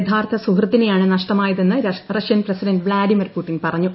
യഥാർത്ഥ സുഹൃത്തിനെയാണ് നഷ്ടമായതെന്ന് റഷ്യൻ പ്രസിഡന്റ് വ്ളാഡിമർ പുടിൻ പറഞ്ഞു